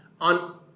on